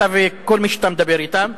אתה וכל מי שמדבר אתם,